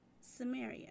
Samaria